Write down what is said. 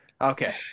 Okay